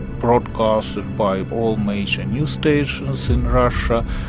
broadcast by all major news stations in russia.